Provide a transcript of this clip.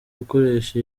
gukoresha